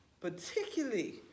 particularly